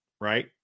right